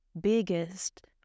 biggest